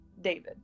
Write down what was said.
David